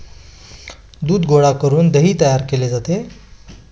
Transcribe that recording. दूध गोळा करून दही तयार केले जाते